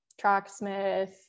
Tracksmith